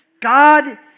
God